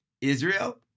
Israel